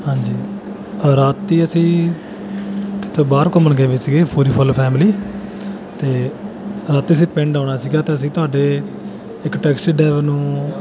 ਹਾਂਜੀ ਰਾਤ ਅਸੀਂ ਕਿਤੇ ਬਾਹਰ ਘੁੰਮਣ ਗਏ ਵੇ ਸੀਗੇ ਪੂਰੀ ਫੁੱਲ ਫੈਮਿਲੀ ਅਤੇ ਰਾਤੀਂ ਅਸੀਂ ਪਿੰਡ ਆਉਣਾ ਸੀਗਾ ਅਤੇ ਅਸੀਂ ਤੁਹਾਡੇ ਇੱਕ ਟੈਕਸੀ ਡਰਾਈਵਰ ਨੂੰ